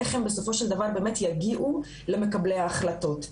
איך הם בסופו של דבר יגיעו למקבלי ההחלטות.